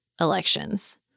elections